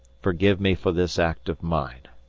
forgive me for this act of mine.